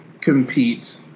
compete